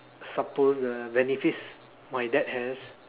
supposed benefits my dad has